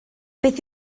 beth